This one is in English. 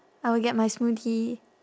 I will get my smoothie